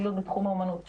פעילות בתחום אומנות פלסטית,